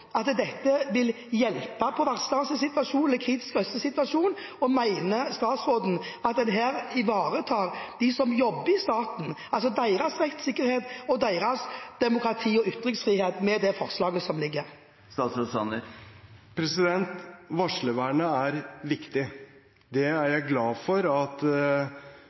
at dette vil hjelpe varslernes situasjon, kritiske røsters situasjon? Og mener statsråden at man med dette forslaget ivaretar dem som jobber i staten, altså deres rettssikkerhet, demokratiet og ytringsfriheten? Varslervernet er viktig. Det er jeg glad for at